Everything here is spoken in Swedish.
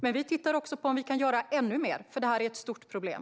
Men vi tittar också på om vi kan göra ännu mer, för detta är ett stort problem.